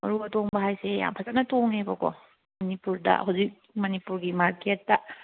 ꯃꯔꯨ ꯑꯇꯣꯡꯕ ꯍꯥꯏꯁꯦ ꯌꯥꯝ ꯐꯖꯅ ꯇꯣꯡꯉꯦꯕꯀꯣ ꯃꯅꯤꯄꯨꯔꯗ ꯍꯧꯖꯤꯛ ꯃꯅꯤꯄꯨꯔꯒꯤ ꯃꯥꯔꯀꯦꯠꯇ